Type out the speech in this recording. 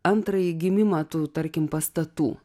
antrąjį gimimą tų tarkim pastatų